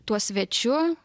tuo svečiu